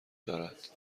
دارد